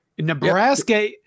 Nebraska